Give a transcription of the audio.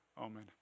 Amen